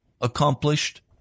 accomplished